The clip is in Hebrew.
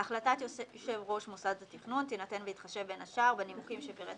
החלטת יושב-ראש מוסד התכנון תינתן בהתחשב בין השאר בנימוקים שפירט